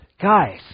Guys